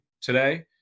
today